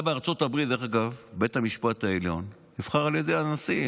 הרי בארצות הברית בית המשפט העליון נבחר על ידי הנשיא.